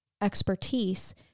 expertise